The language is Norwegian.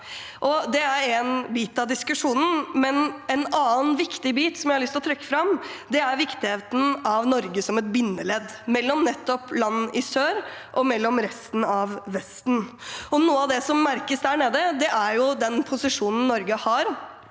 Det er én bit av diskusjonen, men en annen viktig bit jeg har lyst til å trekke fram, er viktigheten av Norge som et bindeledd mellom nettopp land i sør og resten av Vesten. Noe av det som merkes der nede, er den posisjonen Norge har